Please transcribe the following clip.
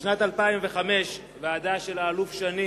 בשנת 2005 החליטה ועדה של האלוף שני